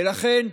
ולכן,